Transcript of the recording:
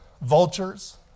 vultures